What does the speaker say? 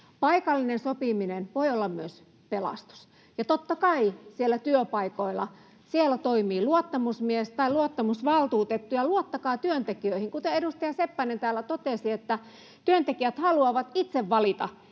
Paikallinen sopiminen voi olla myös pelastus. Ja totta kai siellä työpaikoilla toimii luottamusmies tai luottamusvaltuutettu, ja luottakaa työntekijöihin. Kuten edustaja Seppänen täällä totesi, työntekijät haluavat itse valita